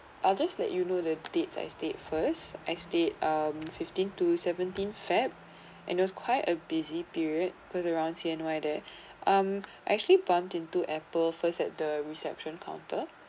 I'll just let you know the dates I stayed first I stayed um fifteen to seventeen feb and it was quite a busy period cause around C_N_Y there um I actually bumped into apple first at the reception counter